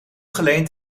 geleend